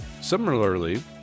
Similarly